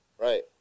Right